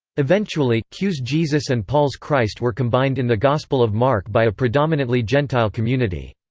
eventually, q's jesus and paul's christ were combined in the gospel of mark by predominantly gentile community.